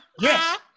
yes